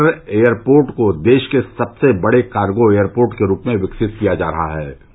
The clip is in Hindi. जेवर एयरपोर्ट को देष के सबसे बड़े कार्गो एयरपोर्ट के रूप में विकसित किया जा रहा है